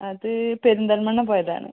അത് പെരിന്തൽമണ്ണ പോയതാണ്